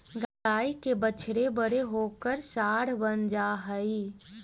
गाय के बछड़े बड़े होकर साँड बन जा हई